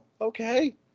Okay